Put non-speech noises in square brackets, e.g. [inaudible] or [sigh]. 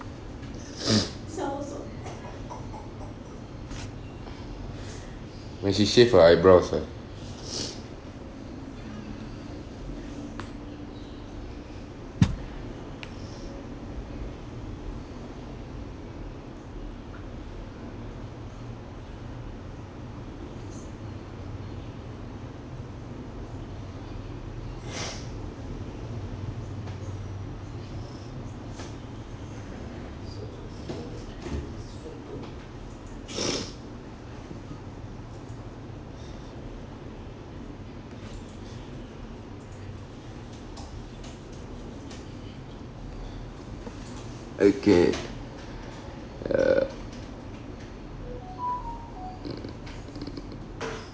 [noise] makes you shave your eyebrows ah [noise] [noise] okay uh